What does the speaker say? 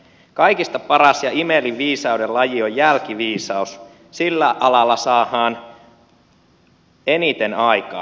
kaikista paras ja imelin viisauven laji on jälkiviisaus sillä alalla saahaan eniten aikaan